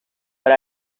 but